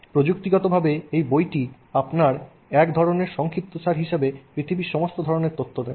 প্রযুক্তিগতভাবে এই বইটি আপনাকে এক ধরণের সংক্ষিপ্তসার হিসাবে পৃথিবীর সমস্ত ধরণের তথ্য দেয়